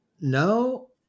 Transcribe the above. No